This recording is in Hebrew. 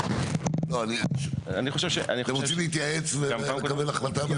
אתם רוצים להתייעץ ולקבל החלטה?